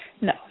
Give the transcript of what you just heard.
No